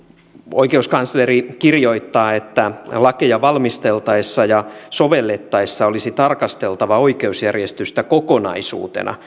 oikeuskansleri kirjoittaa lakeja valmisteltaessa ja sovellettaessa olisi tarkasteltava oikeusjärjestystä kokonaisuutena